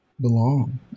belong